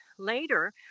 later